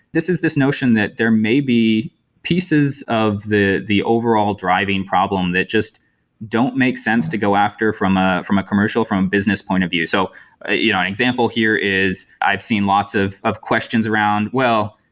this is this notion that there may be pieces of the the overall driving problem that just don't make sense to go after from ah from a commercial, from a business point of view. so ah you know an example here is i've seen lots of of questions around, well,